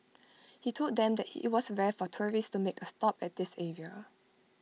he told them that he IT was rare for tourists to make A stop at this area